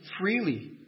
freely